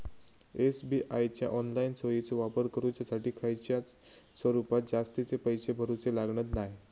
SBI च्या online सोयीचो वापर करुच्यासाठी खयच्याय स्वरूपात जास्तीचे पैशे भरूचे लागणत नाय